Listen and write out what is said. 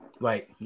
Right